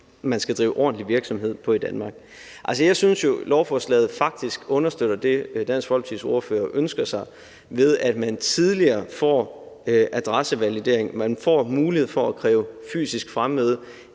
man skal drive ordentlig virksomhed på i Danmark. Jeg synes jo, lovforslaget faktisk understøtter det, Dansk Folkepartis ordfører ønsker sig, ved at man tidligere får adressevalidering. Man får mulighed for at kræve fysisk fremmøde.